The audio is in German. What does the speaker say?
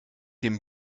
dem